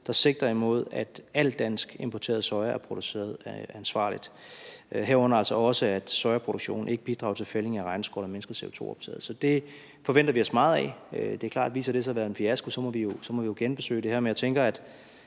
der sigter imod, at al dansk importeret soja er produceret ansvarligt, herunder altså også, at sojaproduktionen ikke bidrager til fældning af regnskoven eller mindsker CO2-optaget. Det forventer vi os meget af. Det er klart, at viser det sig at være en fiasko, må vi jo genbesøge det her. Men jeg tænker, at